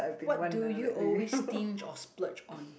what do you always stinge or splurge on